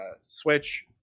switch